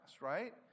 right